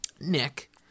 Nick